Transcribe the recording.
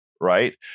Right